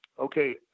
okay